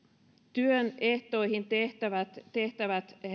työn ehtoihin tehtävät tehtävät